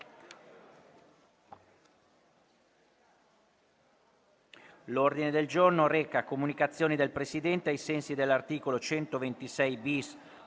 L'ordine del giorno reca comunicazione del Presidente, ai sensi dell'articolo 126-*bis*,